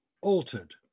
altered